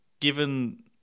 given